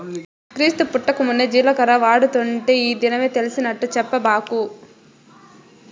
క్రీస్తు పుట్టకమున్నే జీలకర్ర వాడుతుంటే ఈ దినమే తెలిసినట్టు చెప్పబాకు